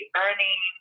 earning